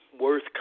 Worth